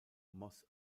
moss